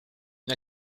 une